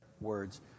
words